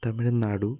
Tamil Nadu